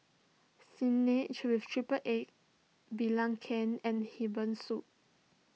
Spinach with Triple Egg Belacan and Herbal Soup